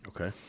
Okay